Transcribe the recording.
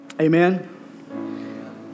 amen